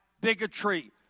bigotry